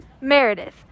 Meredith